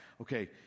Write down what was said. okay